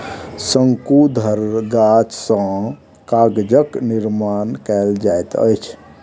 शंकुधर गाछ सॅ कागजक निर्माण कयल जाइत अछि